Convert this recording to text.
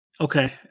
Okay